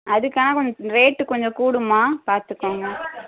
அதுக்கான்னா கொஞ்சம் ரேட்டு கொஞ்சம் கூடும்மா பார்த்துக்கோங்க